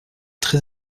très